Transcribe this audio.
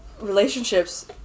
relationships